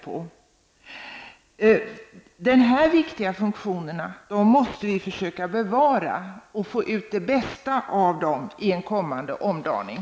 Vi måste försöka bevara de viktiga funktioner som länsstyrelserna har och få ut det bästa av dem i en kommande omdaning.